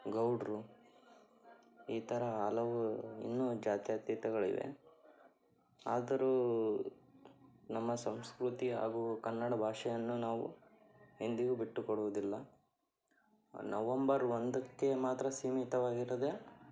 ಗೌಡರು ಈ ಥರ ಹಲವು ಇನ್ನೂ ಜಾತ್ಯತೀತಗಳಿವೆ ಆದರೂ ನಮ್ಮ ಸಂಸ್ಕ್ರತಿ ಹಾಗೂ ಕನ್ನಡ ಭಾಷೆಯನ್ನು ನಾವು ಎಂದಿಗೂ ಬಿಟ್ಟುಕೊಡುವುದಿಲ್ಲ ನವಂಬರ್ ಒಂದಕ್ಕೆ ಮಾತ್ರ ಸೀಮಿತವಾಗಿರದೇ